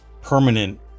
permanent